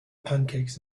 pancakes